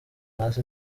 hasi